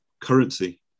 currency